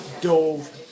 dove